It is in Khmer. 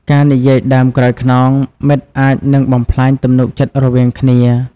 ការនិយាយដើមក្រោយខ្នងមិត្តអាចនឹងបំផ្លាញទំនុកចិត្តរវាងគ្នា។